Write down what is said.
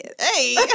Hey